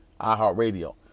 iHeartRadio